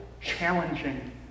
challenging